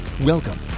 Welcome